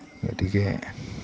গতিকে